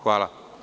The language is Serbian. Hvala.